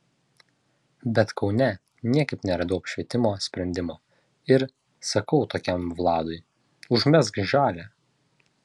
bet kaune niekaip neradau apšvietimo sprendimo ir sakau tokiam vladui užmesk žalią